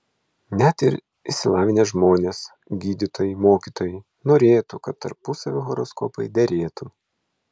net ir išsilavinę žmonės gydytojai mokytojai norėtų kad tarpusavio horoskopai derėtų